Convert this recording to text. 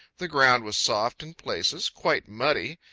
the ground was soft in places, quite muddy.